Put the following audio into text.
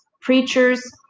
preachers